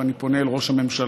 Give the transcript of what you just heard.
ואני פונה אל ראש הממשלה.